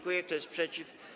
Kto jest przeciw?